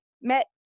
met